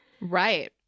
Right